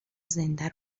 زنده